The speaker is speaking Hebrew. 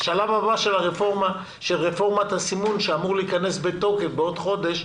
השלב הבא של רפורמת הסימון שאמור להיכנס לתוקף בעוד חודש,